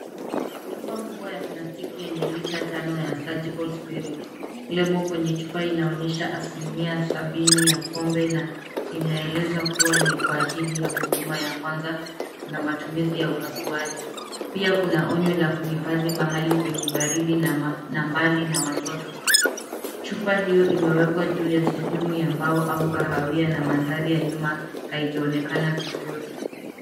Chupa kubwa ya plastiki yenye lita tano ya surgical spirit . Lebo kwenye chupa inaonyesha asilimia sabini ya pombe na imeelezwa kuwa ni kwa ajili ya huduma ya kwanza na matumizi ya upasuaji. Pia kuna onyo la kuhifadhi mahali penye baridi na mbali na watoto. Chupa hiyo imewekwa juu ya sehemu ya mbao au kahawia na mandhari ya nyuma haijaonekana vizuri.